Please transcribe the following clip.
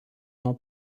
nuo